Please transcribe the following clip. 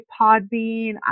Podbean